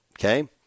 okay